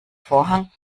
vorhang